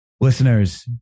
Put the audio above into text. listeners